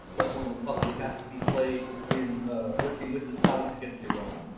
but one that probably has to be played in working with the saudis against iran.